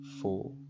four